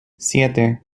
siete